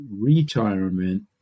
retirement